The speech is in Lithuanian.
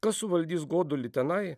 kas suvaldys godulį tenai